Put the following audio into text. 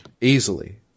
Easily